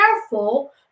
careful